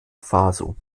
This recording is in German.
faso